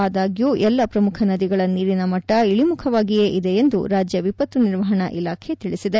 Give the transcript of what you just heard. ಆದಾಗ್ಲೂ ಎಲ್ಲಾ ಪ್ರಮುಖ ನದಿಗಳ ನೀರಿನ ಮಟ್ಟ ಇಳಮುಖವಾಗಿದೆ ಎಂದು ರಾಜ್ಯ ವಿಪತ್ತು ನಿರ್ವಹಣಾ ಇಲಾಖೆ ತಿಳಿಬದೆ